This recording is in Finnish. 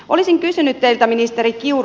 olisin kysynyt teiltä ministeri kiuru